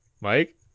Mike